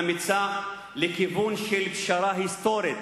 אמיצה לכיוון של פשרה היסטורית